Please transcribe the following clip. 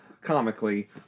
comically